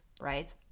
right